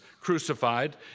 crucified